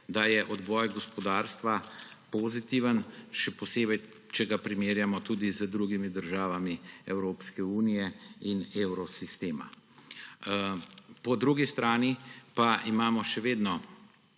da je odboj gospodarstva pozitiven, še posebej če ga primerjamo tudi z drugimi državami Evropske unije in evrosistema. Po drugi strani pa imamo še vedno